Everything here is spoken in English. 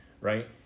right